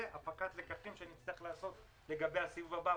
זה הפקת לקחים שנצטרך לעשות לגבי הסיבוב הבא,